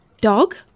Dog